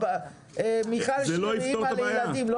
מיכל שיר היא אמא לילדים,